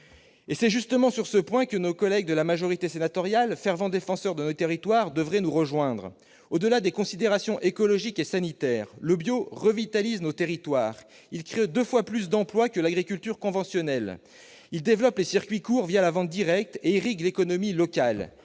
C'est justement sur ce point que nos collègues de la majorité sénatoriale, fervents défenseurs de nos territoires, devraient nous rejoindre. Au-delà des considérations écologiques et sanitaires, le bio permet de revitaliser nos territoires, il crée deux fois plus d'emplois que l'agriculture conventionnelle, il développe les circuits courts la vente directe et irrigue l'économie locale,